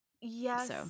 Yes